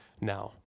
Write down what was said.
now